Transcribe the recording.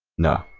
know